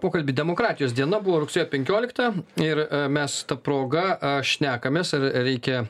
pokalbį demokratijos diena buvo rugsėjo penkiolikta ir mes ta proga a šnekamės ar reikia